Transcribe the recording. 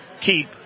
keep